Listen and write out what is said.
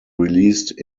released